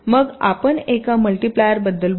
मग आपण एका मल्टीप्लायरबद्दल बोलू